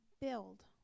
build